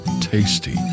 tasty